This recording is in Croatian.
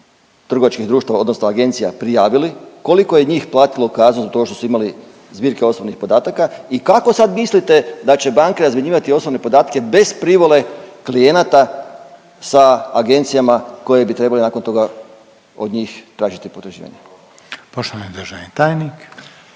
trgovačkih društava odnosno agencija prijavili, koliko je njih platilo kaznu zbog toga što su imali zbirke osobnih podataka i kako sad mislite da će banke razmjenjivati osobne podatke bez privole klijenata sa agencijama koje bi trebale nakon toga od njih tražiti potraživanje. **Reiner, Željko